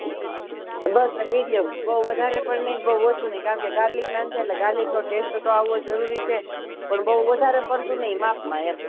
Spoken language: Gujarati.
બસ મીડિયમ બહુ વધારે પણ નહીં બહુ ઓછું નહીં કારણ કે ગાર્લિક નાન છે એટલે ગાર્લિકનો ટેસ્ટ તો આવવો જરૂરી છે પણ બહુ વધારે પડતું નહીં માપમાં એમ